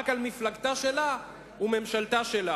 רק על מפלגתה שלה וממשלתה שלה.